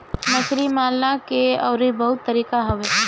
मछरी मारला के अउरी बहुते तरीका हवे